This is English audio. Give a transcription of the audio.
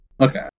Okay